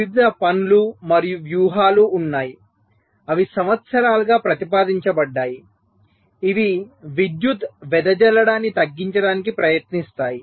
వివిధ పనులు మరియు వ్యూహాలు ఉన్నాయి అవి సంవత్సరాలుగా ప్రతిపాదించబడ్డాయి ఇవి విద్యుత్తు వెదజల్లడాన్ని తగ్గించడానికి ప్రయత్నిస్తాయి